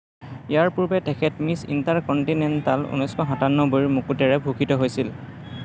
ইয়াৰ পূৰ্বে তেখেত miss intercontinental ঊনৈছশ সাতান্নব্বৈৰ মুকুটেৰে ভূষিত হৈছিল